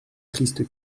triste